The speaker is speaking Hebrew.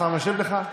השר משיב לך כהבנתו.